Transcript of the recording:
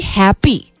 happy